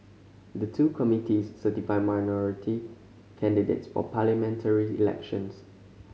the two committees certify minority candidates for parliamentary elections